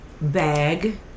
Bag